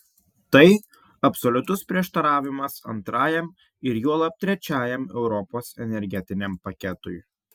tai absoliutus prieštaravimas antrajam ir juolab trečiajam europos energetiniam paketui